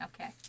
Okay